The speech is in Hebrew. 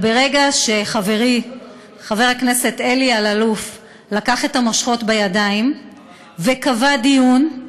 אבל ברגע שחברי חבר הכנסת אלי אלאלוף לקח את המושכות בידיים וקבע דיון,